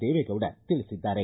ದೇವೇಗೌಡ ತಿಳಿಸಿದ್ದಾರೆ